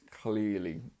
clearly